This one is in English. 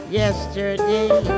yesterday